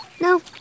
No